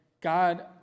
God